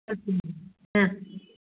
सत्यं हा